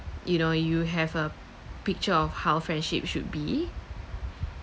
you know you have a picture of how friendship should be